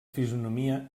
fisonomia